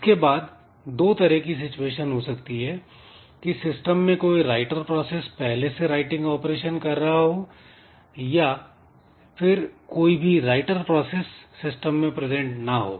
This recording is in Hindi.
इसके बाद दो तरह की सिचुएशन हो सकती है की सिस्टम में कोई राइटर प्रोसेस पहले से राइटिंग ऑपरेशन कर रहा हो या फिर कोई भी राइटर प्रोसेस सिस्टम में प्रजेंट ना हो